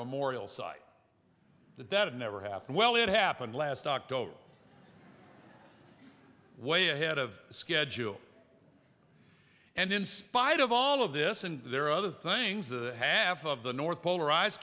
memorial site that that never happened well it happened last october way ahead of schedule and in spite of all of this and there are other things that half of the north polar